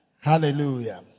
Hallelujah